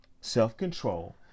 self-control